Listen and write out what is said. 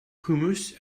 hummus